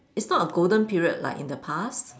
it's not a golden period like in the past